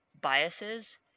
biases